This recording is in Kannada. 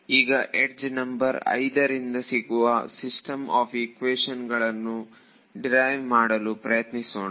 ಈಗ ಯಡ್ಜ್ ನಂಬರ್ 5 ರಿಂದ ಸಿಗುವ ಸಿಸ್ಟಮ್ ಆಫ್ ಈಕ್ವೇಶನ್ಗಳನ್ನು ಡಿರೈವ್ ಮಾಡಲು ಪ್ರಯತ್ನಿಸೋಣ